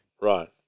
right